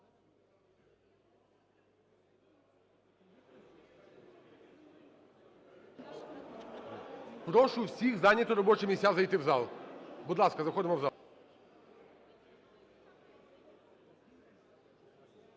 Прошу всіх зайняти робочі місця, зайти в зал. Будь ласка, заходимо в зал.